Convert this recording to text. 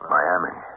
Miami